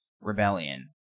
rebellion